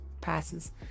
passes